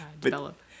develop